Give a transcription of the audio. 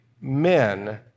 men